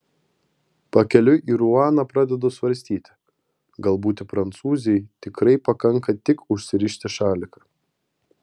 pakeliui į ruaną pradedu svarstyti gal būti prancūzei tikrai pakanka tik užsirišti šaliką